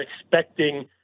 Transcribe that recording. expecting